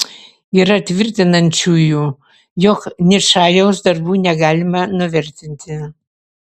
yra tvirtinančiųjų jog ničajaus darbų negalima nuvertinti